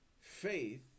faith